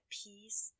peace